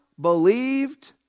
believed